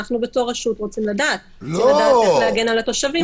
אנחנו בתור רשות רוצים לדעת כדי לדעת איך להגן על התושבים שלנו.